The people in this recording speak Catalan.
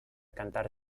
cantar